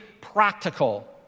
practical